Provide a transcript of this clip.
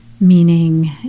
meaning